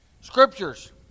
Scriptures